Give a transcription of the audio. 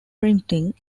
printing